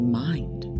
mind